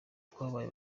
twabaye